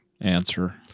answer